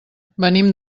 venim